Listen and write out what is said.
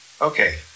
Okay